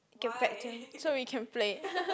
you can fetch him so we can play